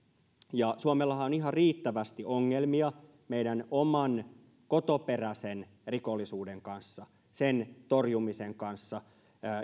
suomellahan on ihan riittävästi ongelmia meidän oman kotoperäisen rikollisuuden kanssa sen torjumisen kanssa